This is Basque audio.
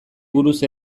buruz